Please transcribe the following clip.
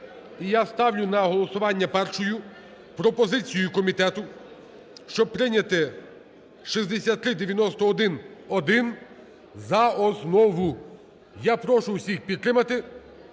я ставлю на голосування першою пропозицію комітету, щоб прийняти 6391-1 за основу. Я прошу всіх підтримати.